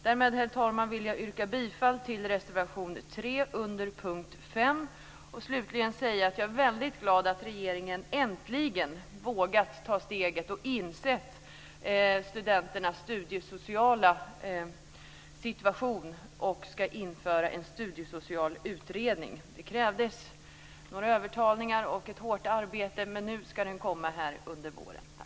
Därmed, herr talman, vill jag yrka bifall till reservation 3 under punkt 5 och slutligen säga att jag är väldigt glad åt att regeringen äntligen har vågat ta steget och insett studenternas studiesociala situation och ska införa en studiesocial utredning. Det krävdes några övertalningar och ett hårt arbete, men nu ska den komma under våren.